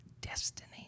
destiny